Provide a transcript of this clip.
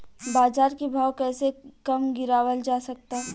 बाज़ार के भाव कैसे कम गीरावल जा सकता?